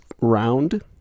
round